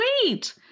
sweet